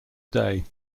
day